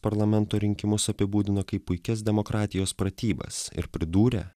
parlamento rinkimus apibūdino kaip puikias demokratijos pratybas ir pridūrė